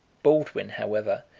baldwin, however,